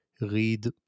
read